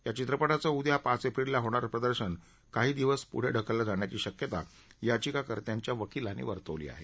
या चित्रपटाचं उद्या पाच एप्रिलला होणारं प्रदर्शन काही दिवस पुढे ढकललं जाण्याची शक्यता याचिकाकर्त्यांच्या वकिलांनी वर्तवली आहे